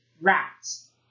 rats